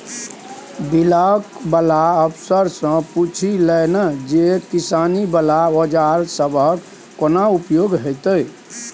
Block बला अफसरसँ पुछि लए ना जे किसानी बला औजार सबहक कोना उपयोग हेतै?